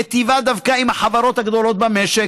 מיטיבה דווקא עם החברות הגדולות במשק,